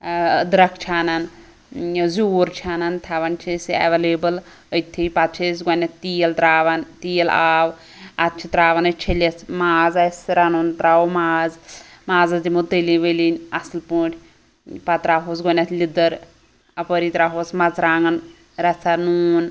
ٲں أدرکھ چھِ اَنان ٲں زیٛور چھِ اَنان تھاوان چھِ أسۍ یہِ ایٚولیبٕل أتتھٕے پتہٕ چھِ أسۍ گۄڈٕنیٚتھ تیٖل ترٛاوان تیٖل آو اَدٕ چھِ ترٛاوان أسۍ چھٔلِتھ ماز آسہِ رَنُن ترٛاوو ماز مازَس دمو تٔلنۍ ؤلنۍ اصٕل پٲٹھۍ پَتہٕ ترٛاوہوس گۄڈٕنیٚتھ لِدٕر اَپٲری ترٛاوہوس مَرژٕوانٛگن رَژھا نوٗن